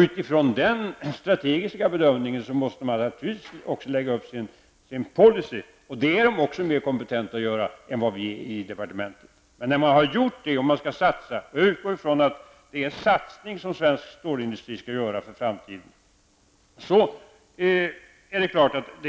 Utifrån en sådan strategisk bedömning måste man sedan lägga upp en policy. Även för det arbetet är styrelsen mer kompetent än vi i departementet. När bedömningarna gjorts och det skall ske satsningar för framtiden -- jag utgår från att det är satsningar bedömningarna kommer att leda fram till --